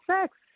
sex